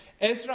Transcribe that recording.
Ezra